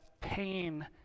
pain